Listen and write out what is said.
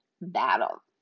battle